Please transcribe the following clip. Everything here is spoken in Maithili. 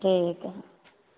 ठीक हइ